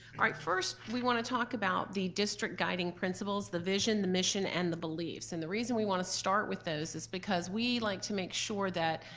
like first, we wanna talk about the district-guiding principles, the vision, the mission, and the beliefs. and the reason we wanna start with those is because we like to make sure that,